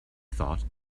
thought